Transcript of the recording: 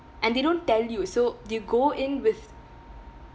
and they don't tell you so you go in with